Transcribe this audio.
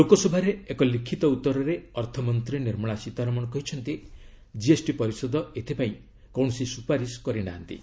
ଲୋକସଭାରେ ଏକ ଲିଖିତ ଉତ୍ତରରେ ଅର୍ଥମନ୍ତ୍ରୀ ନିର୍ମଳା ସୀତାରମଣ କହିଛନ୍ତି ଜିଏସ୍ଟି ପରିଷଦ ଏଥିପାଇଁ କୌଣସି ସୁପାରିଶ କରିନାହାନ୍ତି